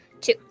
Two